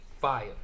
fire